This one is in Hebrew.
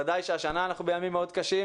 בוודאי שהשנה אנחנו בימים מאוד קשים